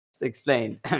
explain